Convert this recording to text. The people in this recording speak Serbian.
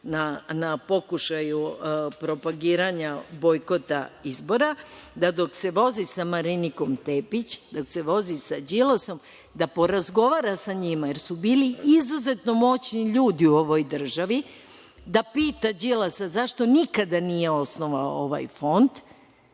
na pokušaju propagirana bojkota izbora, da dok se vozi sa Marinikom Tepić, dok se vozi sa Đilasom, da porazgovara sa njima, jer su bili izuzetno moćni ljudi u ovoj državi, da pita Đilasa zašto nikada nije osnovao ovaj fond